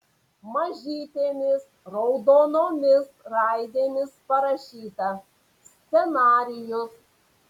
mažytėmis raudonomis raidėmis parašyta scenarijus